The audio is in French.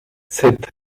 sept